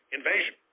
invasion